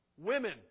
Women